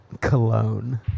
cologne